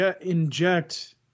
inject